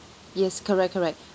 yes correct correct